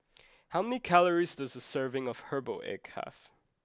how many calories does a serving of Herbal Egg have